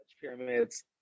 pyramids